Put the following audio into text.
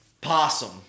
possum